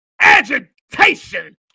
agitation